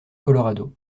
colorado